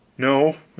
no,